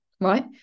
right